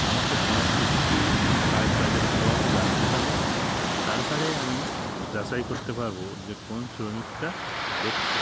আমাকে সমস্ত কিছু কাজ আগে ভালোভাবে জানতে হবে তারপরে আমি যাচাই করতে পারবো যে কোন শ্রমিকটা দক্ষ